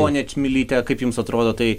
ponia čmilyte kaip jums atrodo tai